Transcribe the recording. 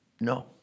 no